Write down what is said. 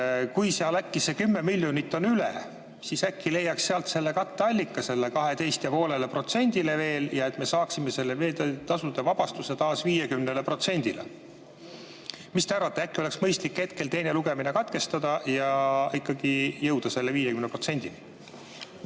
kui seal see 10 miljonit on üle, siis äkki leiaks sealt katteallika veel sellele 12,5%‑le ja me saaksime selle veeteetasude vabastuse taas 50%‑le. Mis te arvate, äkki oleks mõistlik hetkel teine lugemine katkestada ja ikkagi jõuda selle 50%‑ni?